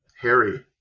harry